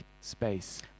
space